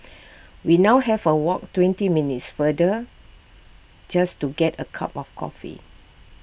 we now have A walk twenty minutes farther just to get A cup of coffee